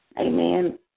amen